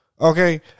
Okay